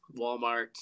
Walmart